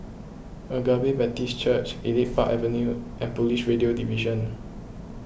Agape Baptist Church Elite Park Avenue and Police Radio Division